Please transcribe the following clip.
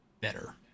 better